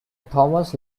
thomas